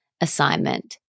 assignment